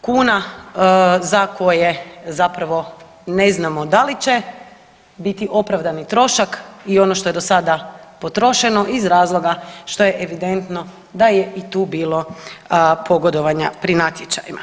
kuna za koje zapravo na znamo da li će biti opravdani trošak i ono što je do sada potrošeno iz razloga što je evidentno da je i tu bilo pogodovanja pri natječajima.